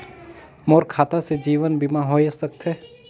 मोर खाता से जीवन बीमा होए सकथे?